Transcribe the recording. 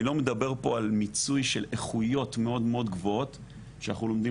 לא מדבר פה על מיצוי של איכויות מאוד מאוד גבוהות שאנחנו לומדים